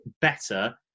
better